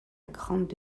grande